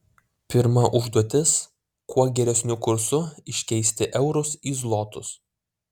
pirma užduotis kuo geresniu kursu iškeisti eurus į zlotus